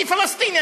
אני פלסטיני,